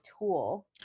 tool